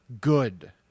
good